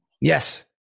Yes